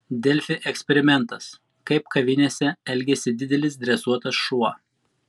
delfi eksperimentas kaip kavinėse elgiasi didelis dresuotas šuo